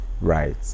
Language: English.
right